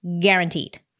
guaranteed